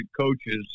coaches